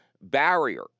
barrier